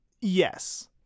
Yes